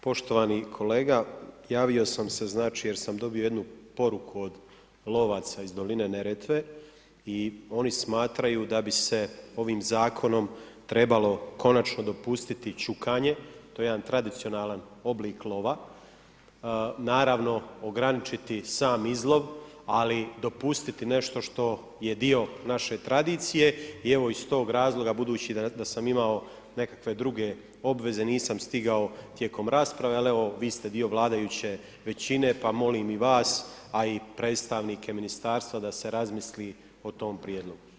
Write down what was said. Poštovani kolega, javio sam se znači jer sam dobio jednu poruku od lovaca iz Doline Neretve i oni smatraju da bi se ovim zakonom trebalo konačno dopustiti čukanje, to je jedan tradicionalan oblik lova, naravno ograničiti sam izlov, ali dopustiti nešto što je dio naše tradicije i evo iz tog razloga budući da sam imao nekakve druge obveze nisam stigao tijekom rasprave, ali vi ste dio vladajuće većine pa molim i vas, a i predstavnike ministarstva da se razmisli o tom prijedlogu.